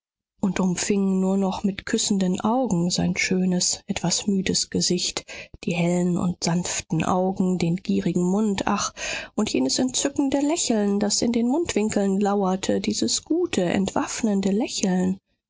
und umfing nur noch mit küssenden augen sein schönes etwas müdes gesicht die hellen und sanften augen den gierigen mund ach und jenes entzückende lächeln das in den mundwinkeln lauerte dieses gute entwaffnende lächeln